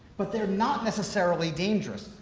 but they're not necessarily dangerous.